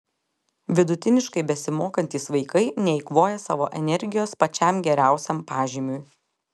vidutiniškai besimokantys vaikai neeikvoja savo energijos pačiam geriausiam pažymiui